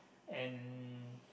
and